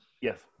Yes